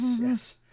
Yes